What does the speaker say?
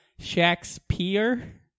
Shakespeare